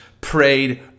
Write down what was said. prayed